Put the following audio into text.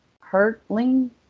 hurtling